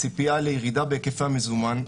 ציפייה לירידה בהיקף המזומן.